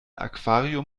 aquarium